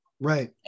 Right